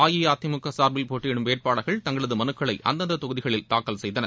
அஇஅதிமுக சார்பில் போட்டியிடும் வேட்பாளர்கள் தங்களது மலுக்களை அந்தந்த தொகுதிகளில் தாக்கல் செய்தனர்